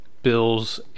Bills